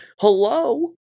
hello